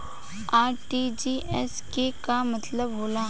RTGS के का मतलब होला?